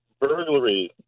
burglary